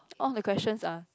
all the questions are